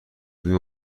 بودم